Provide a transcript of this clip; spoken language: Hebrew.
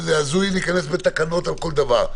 שזה הזוי להיכנס בתקנות לכל דבר,